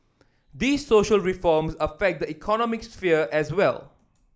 these social reforms affect the economic sphere as well